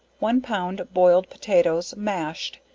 one pound boiled potatoes, mashed,